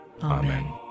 Amen